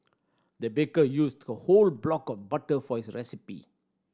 the baker used a whole block of butter for this recipe